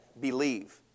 believe